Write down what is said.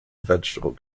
vegetable